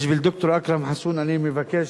בשביל ד"ר אכרם חסון אני מבקש,